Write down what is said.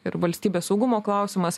ir valstybės saugumo klausimas